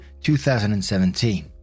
2017